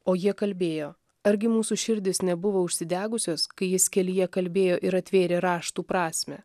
o jie kalbėjo argi mūsų širdys nebuvo užsidegusios kai jis kelyje kalbėjo ir atvėrė raštų prasmę